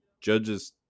judge's